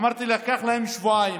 אמרתי: ייקח להם שבועיים.